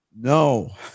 No